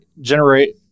generate